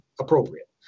appropriate